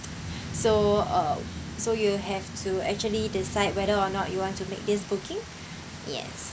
so uh so you have to actually decide whether or not you want to make this booking yes